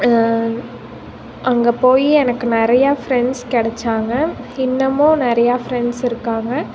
அங்கே போய் எனக்கு நிறையா ஃப்ரெண்ட்ஸ் கிடச்சாங்க இன்னமும் நிறையா ஃப்ரெண்ட்ஸ் இருக்காங்கள்